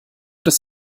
des